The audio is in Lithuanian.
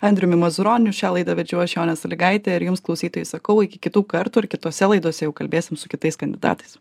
andriumi mazuroniu šią laidą vedžiau aš jonė salygaitė ir jums klausytojai sakau iki kitų kartų ir kitose laidose jau kalbėsim su kitais kandidatais